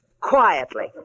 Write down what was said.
quietly